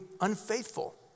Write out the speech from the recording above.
unfaithful